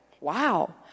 wow